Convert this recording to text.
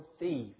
thieves